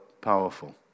powerful